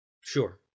Sure